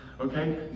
Okay